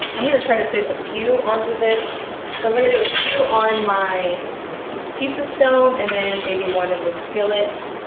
i'm gonna try to fit a few onto this. so i'm gonna do a few on my pizza stone. and then maybe one in the skillet.